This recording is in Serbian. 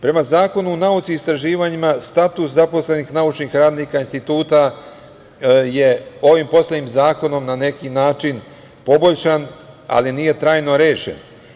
Prema Zakonu o nauci i istraživanjima status zaposlenih naučnih radnika instituta je ovim poslednjim zakonom na neki način poboljšan, ali nije trajno rešen.